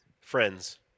friends